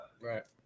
Right